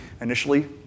initially